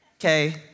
okay